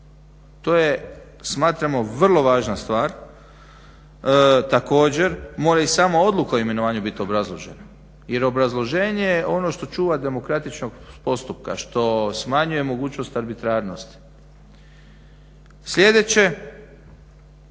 To je, smatramo vrlo važna stvar, također more i samo odluka o imenovanju biti obrazložena, jer obrazloženje je ono što čuva demokratičnost postupka, što smanjuje mogućnost arbitrarnosti. Sljedeće,